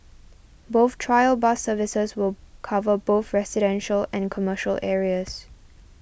both trial bus services will cover both residential and commercial areas